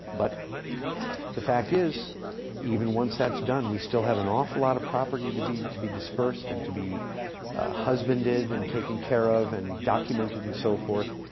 but the fact is even once that's done we still have an awful lot of properties would be to be dispersed and to be husbanded, and taking care of, and documented and so forth.